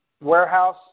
warehouse